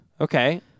Okay